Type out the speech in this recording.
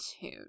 tune